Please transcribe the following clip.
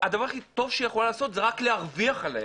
הטוב שהרבנות יכולה לעשות זה רק להרוויח עליהם.